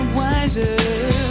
wiser